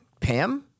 Pam